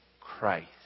Christ